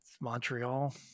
montreal